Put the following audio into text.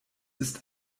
ist